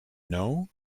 know